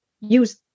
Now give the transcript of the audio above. use